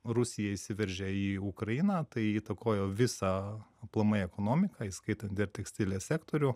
rusija įsiveržė į ukrainą tai įtakojo visą aplamai ekonomiką įskaitant ir tekstilės sektorių